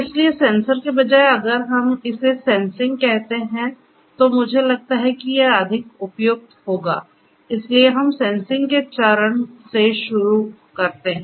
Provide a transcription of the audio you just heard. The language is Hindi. इसलिए सेंसर के बजाय अगर हम इसे सेंसिंग कहते हैं तो मुझे लगता है कि यह अधिक उपयुक्त होगा इसलिए हम सेंसिंग के चरण से शुरू करते हैं